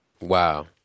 Wow